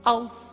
Auf